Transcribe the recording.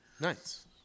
Nice